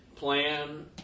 Plan